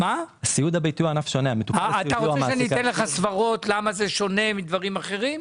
אני יכול להגיד לך למה הסיעוד המוסדי שונה מדברים אחרים.